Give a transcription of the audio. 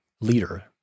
leader